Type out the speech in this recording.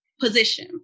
position